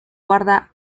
guarda